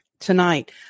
tonight